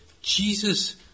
Jesus